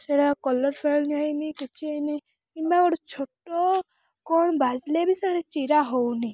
ସେଇଟା colour fade ହେଇନି କିଛି ହେଇନି କିମ୍ବା ଗୋଟେ ଛୋଟ କ'ଣ ବାଜିଲେ ବି ସେଇଟା ଚିରା ହେଉନି